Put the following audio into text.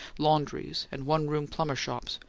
laundries and one-room plumbers' shops,